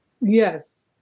Yes